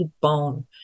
bone